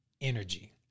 energy